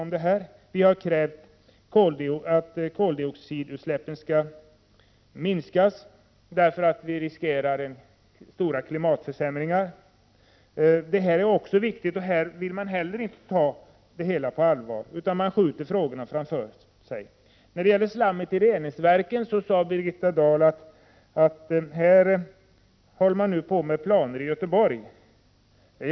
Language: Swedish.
Vidare har vi krävt att koldioxidutsläppen skall minskas, eftersom vi annars riskerar stora klimatförsämringar. Detta är också viktiga saker som man inte heller har velat ta på allvar, utan man skjuter problemen framför sig. När det gäller slammet i reningsverken sade Birgitta Dahl att man arbetar med planer i Göteborg.